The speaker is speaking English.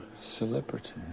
celebrity